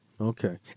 Okay